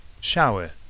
shower